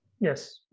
Yes